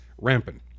rampant